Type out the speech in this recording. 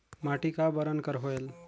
माटी का बरन कर होयल?